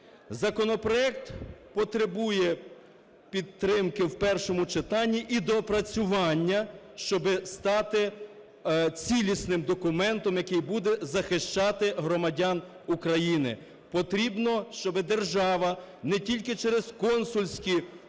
Законопроект потребує підтримки в першому читанні і доопрацювання, щоби стати цілісним документом, який буде захищати громадян України. Потрібно, щоби держава не тільки через консульські